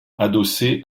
adossée